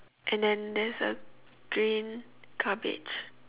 and then there's a green garbage